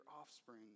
offspring